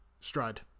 stride